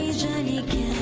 journey